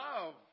love